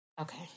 okay